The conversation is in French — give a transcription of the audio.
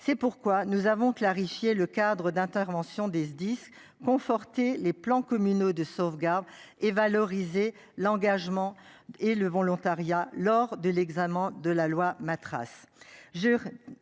C'est pourquoi nous avons clarifié le cadre d'intervention des SDIS conforter les plans communaux de sauvegarde et valoriser l'engagement et le volontariat lors de l'examen de la loi ma.